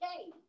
Okay